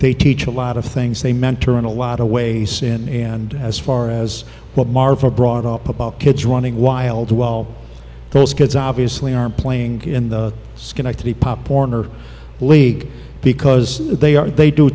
they teach a lot of things they mentor in a lot of ways sin and as far as what marvel brought up the kids running wild while those kids obviously are playing in the schenectady pop warner league because they are they do